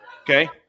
Okay